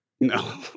No